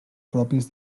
propis